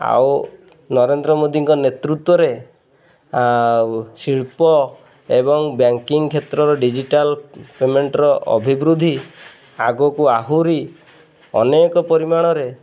ଆଉ ନରେନ୍ଦ୍ର ମୋଦିଙ୍କ ନେତୃତ୍ୱରେ ଆଉ ଶିଳ୍ପ ଏବଂ ବ୍ୟାଙ୍କିଂ କ୍ଷେତ୍ରର ଡିଜିଟାଲ୍ ପେମେଣ୍ଟର ଅଭିବୃଦ୍ଧି ଆଗକୁ ଆହୁରି ଅନେକ ପରିମାଣରେ